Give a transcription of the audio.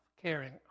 caring